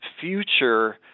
future